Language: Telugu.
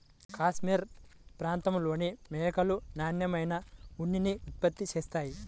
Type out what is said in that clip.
కాష్మెరె ప్రాంతంలోని మేకలు నాణ్యమైన ఉన్నిని ఉత్పత్తి చేస్తాయి